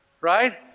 Right